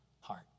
heart